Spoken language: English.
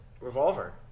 revolver